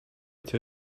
two